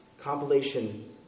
compilation